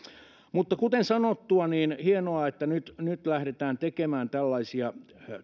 kuten sanottua on hienoa että nyt nyt lähdetään tekemään tällaisia